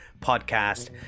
podcast